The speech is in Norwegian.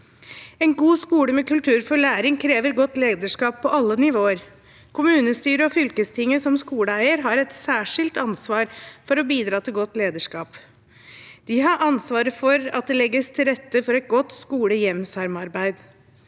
En god skole med kultur for læring krever godt lederskap på alle nivåer. Kommunestyret og fylkestinget som skoleeiere har et særskilt ansvar for å bidra til godt lederskap. De har ansvaret for at det legges til rette for et godt skole–hjem-samarbeid.